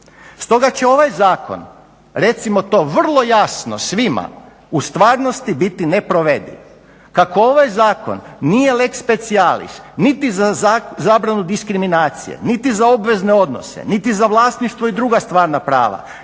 Stoga će ovaj zakon recimo to vrlo jasno svima u stvarnosti biti neprovediv. Kako ovaj Zakon nije lex specialis niti za zabranu diskriminacije, niti za obvezne odnose, niti za vlasništvo i druga stvarna prava,